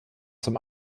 zum